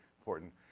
important